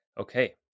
Okay